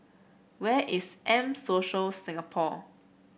where is M Social Singapore